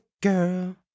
girl